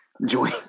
Enjoy